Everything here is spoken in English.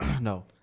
No